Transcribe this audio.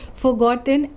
forgotten